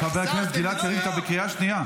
חבר הכנסת גלעד קריב, אתה בקריאה שנייה.